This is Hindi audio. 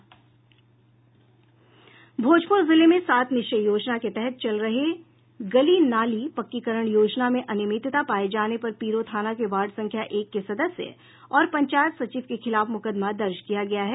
भोजपुर जिले में सात निश्चय योजना के तहत चल रहे गली नाली पक्कीकरण योजना में अनियमितता पाये जाने पर पीरो थाना के वार्ड संख्या एक के सदस्य और पंचायत सचिव के खिलाफ मुकदमा दर्ज किया गया है